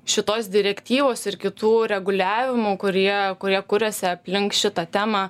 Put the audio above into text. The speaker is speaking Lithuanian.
šitos direktyvos ir kitų reguliavimų kurie kurie kuriasi aplink šitą temą